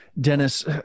Dennis